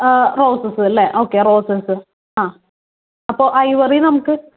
roses അല്ലെ okay റോസ്സെസും അപ്പോൾ ഐവറി നമുക്ക്